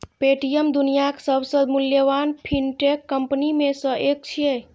Paytm दुनियाक सबसं मूल्यवान फिनटेक कंपनी मे सं एक छियै